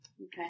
Okay